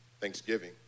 thanksgiving